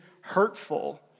hurtful